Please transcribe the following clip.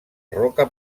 roca